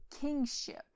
kingship